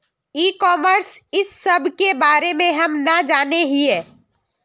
ई commerce इस सब के बारे हम सब ना जाने हीये?